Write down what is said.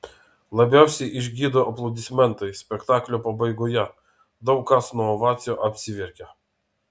labiausiai išgydo aplodismentai spektaklio pabaigoje daug kas nuo ovacijų apsiverkia